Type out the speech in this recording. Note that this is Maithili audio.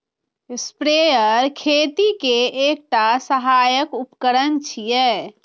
स्प्रेयर खेती के एकटा सहायक उपकरण छियै